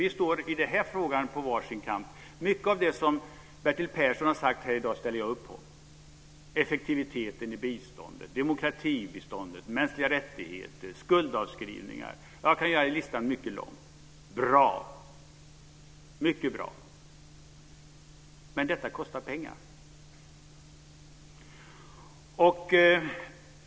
Vi står i denna fråga på varsin kant. Mycket av det som Bertil Persson har sagt här i dag ställer jag upp på. Det gäller effektiviteten i biståndet, demokratibiståndet, mänskliga rättigheter och skuldavskrivningar. Jag kan göra listan lång. Det är mycket bra. Men detta kostar pengar.